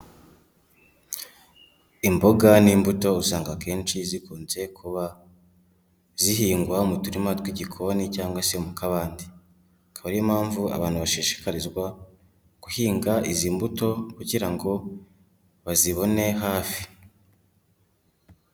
Imboga n'imbuto usanga akenshi zikunze kuba zihingwa mu turima tw'igikoni cyangwa se mu kabande, akaba ariyo mpamvu abantu bashishikarizwa guhinga izi mbuto kugira ngo bazibone hafi.